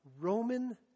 Roman